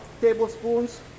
tablespoons